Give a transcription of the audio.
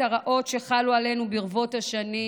את הרעות שחלו עלינו ברבות השנים,